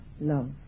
love